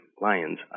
lions